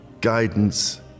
guidance